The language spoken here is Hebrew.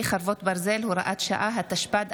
ואז מגיע 7 באוקטובר, ומה שקרה, סליחה.